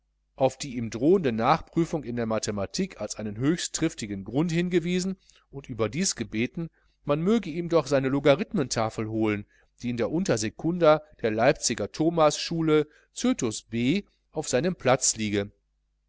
auf die ihm drohende nachprüfung in der mathematik als einen höchst triftigen grund hingewiesen und überdies gebeten man möge ihm seine logarithmentafel holen die in der untersekunda der leipziger thomasschule cötus b auf seinem platze liege